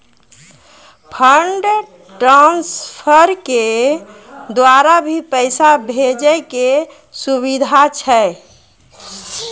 Fund transfer के द्वारा भी पैसा भेजै के सुविधा छै?